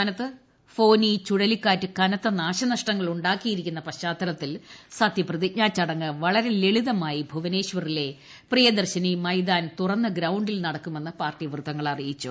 സംസ്ഥാനത്ത് ഫോനി ചുഴലിക്കാറ്റ് കനത്ത നാശനഷ്ടങ്ങൾ ഉണ്ടാക്കിയിരിക്കുന്ന പശ്ചാത്തലത്തിൽ സതൃപ്രതിജ്ഞാ ചടങ്ങ് വളരെ ലളിതമായി ഭുവനേശ്വറിലെ പ്രദർശിനി മൈതാൻ തുറന്ന ഗ്രൌണ്ടിൽ നടക്കുമെന്ന് പാർട്ടി വൃത്തങ്ങൾ അറിയിച്ചു